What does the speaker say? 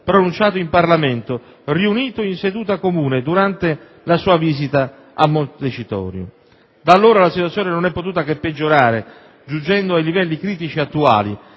pronunciato in Parlamento, riunito in seduta comune durante la sua visita a Montecitorio? Da allora la situazione non ha potuto che peggiorare giungendo ai livelli critici attuali.